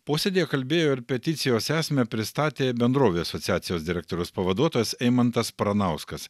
posėdyje kalbėjo ir peticijos esmę pristatė bendrovės asociacijos direktoriaus pavaduotojas eimantas pranauskas